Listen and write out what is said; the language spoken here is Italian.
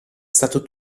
stato